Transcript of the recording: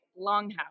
Longhouse